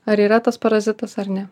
ar yra tas parazitas ar ne